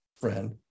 friend